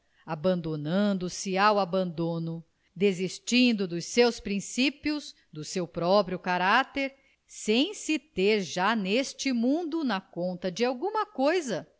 fátua abandonando se ao abandono desistindo dos seus princípios do seu próprio caráter sem se ter já neste mundo na conta de alguma coisa